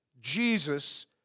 Jesus